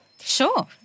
Sure